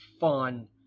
fun